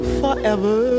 forever